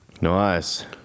Nice